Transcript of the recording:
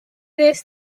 this